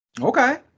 Okay